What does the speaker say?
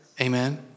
Amen